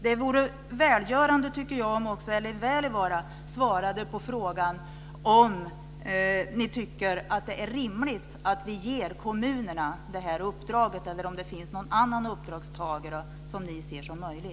Det vore välgörande om också Erling Wälivaara svarade på frågan om han tycker att det är rimligt att vi ger kommunerna det här uppdraget eller om det finns någon annan uppdragstagare som han ser som möjlig.